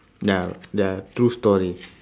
ya they are true story